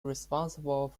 responsible